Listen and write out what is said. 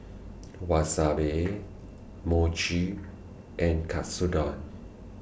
Wasabi Mochi and Katsudon